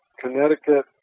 Connecticut